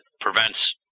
prevents